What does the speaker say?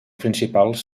principals